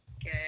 Good